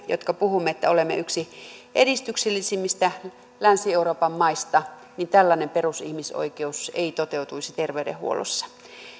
jotka puhumme että olemme yksi edistyksellisimmistä länsi euroopan maista tällainen perusihmisoikeus ei toteutuisi terveydenhuollossa